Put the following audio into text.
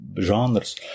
genres